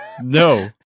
No